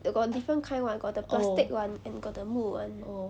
they got different kind [one] got the plastic [one] and got the 木 [one]